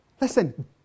listen